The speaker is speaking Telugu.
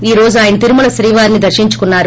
ఈ రోజై ఆయన తిరుమల శ్రీవారిని దర్పించుకున్నారు